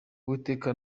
uwiteka